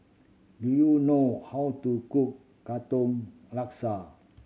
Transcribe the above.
do you know how to cook Katong Laksa